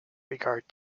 regard